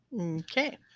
Okay